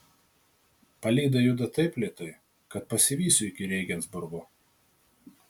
palyda juda taip lėtai kad pasivysiu iki rėgensburgo